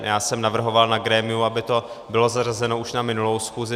Já jsem navrhoval na grémiu, aby to bylo zařazeno už na minulou schůzi.